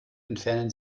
entfernen